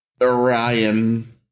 Orion